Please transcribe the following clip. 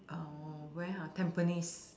um where ha tampines